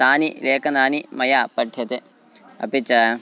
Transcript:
तानि लेखनानि मया पठ्यते अपि च